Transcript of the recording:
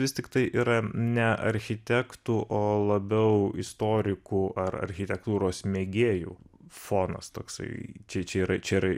vis tiktai yra ne architektų o labiau istorikų ar architektūros mėgėjų fonas toksai čia čia yra čia yra